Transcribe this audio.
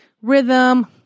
rhythm